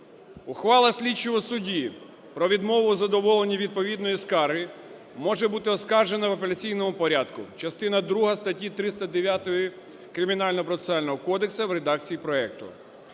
Ухвала слідчого судді про відмову задоволення відповідної скарги може бути оскаржена в апеляційному порядку (частина друга статті 309 Кримінально-процесуального кодексу в редакції проекту).